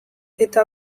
eta